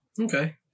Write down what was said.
Okay